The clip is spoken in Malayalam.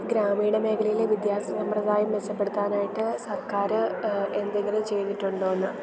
ഗ്രാമീണ മേഖലയിലെ വിദ്യാസ സമ്പ്രദായം മെച്ചപ്പെടുത്താനായിട്ട് സർക്കാര് എന്തെങ്കിലും ചെയ്തിട്ടുണ്ടോന്ന്